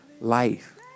life